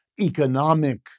economic